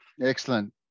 Excellent